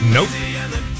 Nope